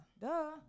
Duh